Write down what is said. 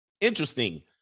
Interesting